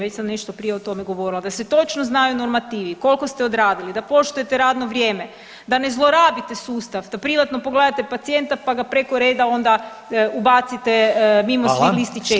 Već sam nešto prije o tome govorila, da se točno znaju normativi koliko ste odradili, da poštujete radno vrijeme, da ne zlorabite sustav, da privatno pregledate pacijenta pa ga preko reda onda ubacite mimo svih listi čekanja.